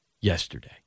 yesterday